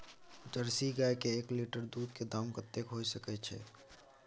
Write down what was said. Jersey गाय के एक लीटर दूध के दाम कतेक होय सके छै?